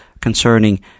concerning